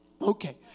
Okay